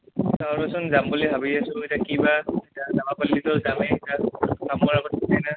জনাবিচোন যাম বুলি ভাবি আছোঁ এতিয়া কিবা এতিয়া যাবা পাল্লিতো যামেই এতিয়া কামৰ একো ঠিক নাই না